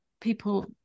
people